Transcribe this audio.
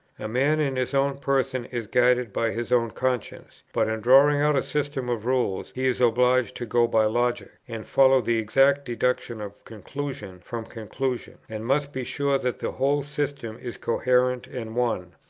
a man in his own person is guided by his own conscience but in drawing out a system of rules he is obliged to go by logic, and follow the exact deduction of conclusion from conclusion, and must be sure that the whole system is coherent and one.